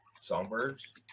Songbirds